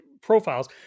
profiles